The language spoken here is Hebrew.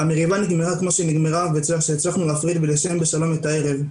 המריבה נגמרה כמו שהיא נגמרה והצלחנו להפריד ולסיים בשלום את הערב.